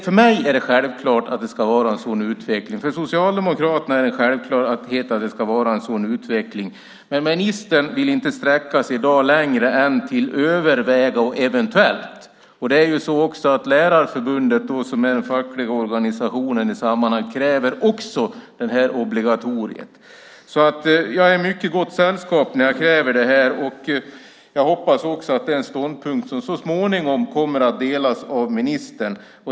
För mig är det självklart att det ska vara en sådan utveckling. För Socialdemokraterna är det en självklarhet. Men ministern vill i dag inte sträcka sig längre än till att tala om "överväga" och "eventuellt". Lärarförbundet, som är den fackliga organisationen i sammanhanget, kräver också detta obligatorium. Jag är alltså i mycket gott sällskap när jag kräver det här. Jag hoppas att det är en ståndpunkt som så småningom kommer att delas också av ministern.